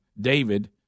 David